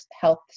health